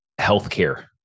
healthcare